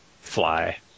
fly